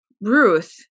Ruth